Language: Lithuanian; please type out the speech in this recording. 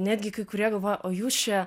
netgi kai kurie galvoja o jūs čia